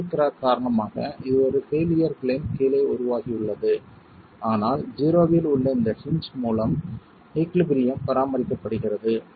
tensile crack காரணமாக இது ஒரு பெயிலியர் பிளேன் கீழே உருவாகியுள்ளது ஆனால் O இல் உள்ள இந்த ஹின்ஜ் மூலம் ஈகுலிபிரியம் பராமரிக்கப்படுகிறது